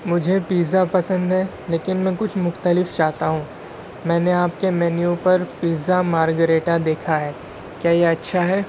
مجھے پیزا پسند ہے لیکن میں کچھ مختلف چاہتا ہوں میں نے آپ کے مینیو پر پیزا مارگریٹا دیکھا ہے کیا یہ اچھا ہے